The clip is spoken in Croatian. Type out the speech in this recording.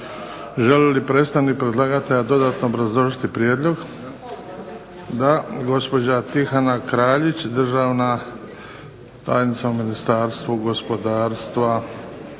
Želi li predstavnik predlagatelja dodatno obrazložiti prijedlog? Da. Gospođa Tihana Kraljić državna tajnica u Ministarstvu gospodarstva,